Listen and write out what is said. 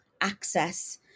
access